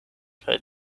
kaj